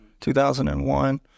2001